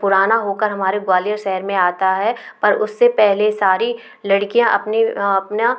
पुराना हो कर जब हमारे ग्वालियर शहर में आता है पर उससे पहले सारी लड़कियाँ अपनी अपना